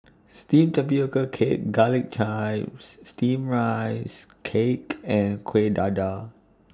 Steamed Tapioca Cake Garlic Chives Steamed Rice Cake and Kuih Dadar